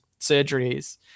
surgeries